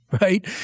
right